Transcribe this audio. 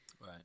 Right